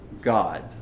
God